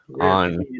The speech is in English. on